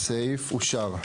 הסעיף אושר.